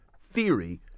theory